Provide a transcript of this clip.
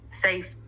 safe